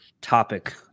topic